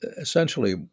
essentially